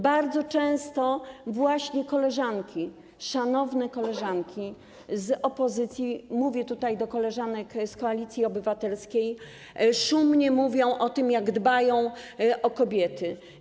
Bardzo często właśnie koleżanki, szanowne koleżanki z opozycji - mówię tutaj do koleżanek z Koalicji Obywatelskiej - szumnie mówią o tym, jak dbają o kobiety.